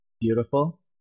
beautiful